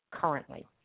Currently